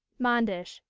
manders.